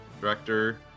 director